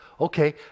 Okay